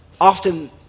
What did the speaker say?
often